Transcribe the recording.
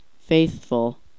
Faithful